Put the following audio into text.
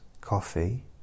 coffee